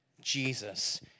Jesus